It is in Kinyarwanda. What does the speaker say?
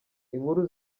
inkuru